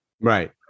Right